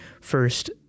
first